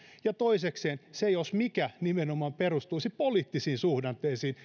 ja toisekseen se jos mikä nimenomaan perustuisi poliittisiin suhdanteisiin